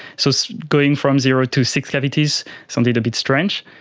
so so going from zero to six cavities sounded a bit strange.